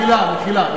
מחילה, מחילה.